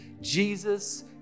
Jesus